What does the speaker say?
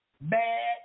Bad